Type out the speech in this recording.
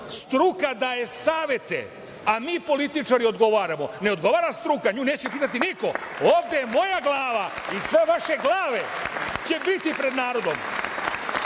Struka daje savete, a mi političari odgovaramo. Ne odgovara struka, nju neće dirati niko, ovde je moja glava i sve vaše glave će biti pred narodom.